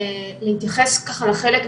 להתייחס ככה לחלק,